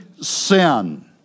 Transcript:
sin